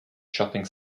shopping